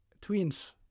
twins